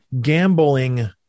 gambling